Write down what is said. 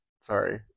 sorry